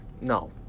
No